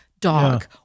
dog